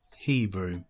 He-Brew